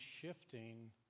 shifting